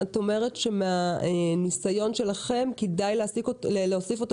את אומרת שמהניסיון שלכם כדאי להוסיף אותו